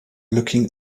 looking